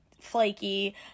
flaky